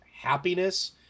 happiness